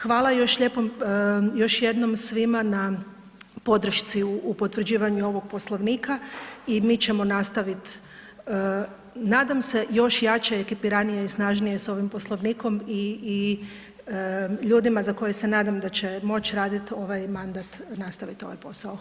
Hvala još jednom svima na podršci u potvrđivanju ovog Poslovnika i mi ćemo nastaviti, nadam se, još jače, ekipiranije i snažnije s ovim Poslovnikom i ljudi za koje se nadam da će moći raditi ovaj mandat, nastaviti ovaj posao.